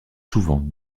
souvent